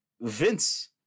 Vince